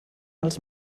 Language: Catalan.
els